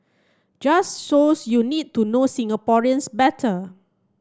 just shows you need to know Singaporeans better